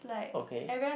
okay